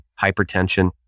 hypertension